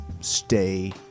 Stay